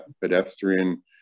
pedestrian